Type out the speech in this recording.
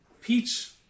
peach